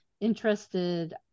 interested